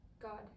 God